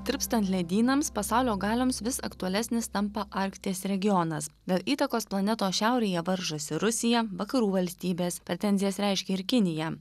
tirpstant ledynams pasaulio galioms vis aktualesnis tampa arkties regionas dėl įtakos planetos šiaurėje varžosi rusija vakarų valstybės pretenzijas reiškia ir kinija